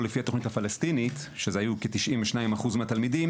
לפי התכנית הפלסטינית שזה היו כ-92% מהתלמידים